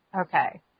Okay